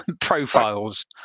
profiles